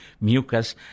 mucus